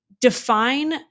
define